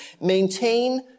Maintain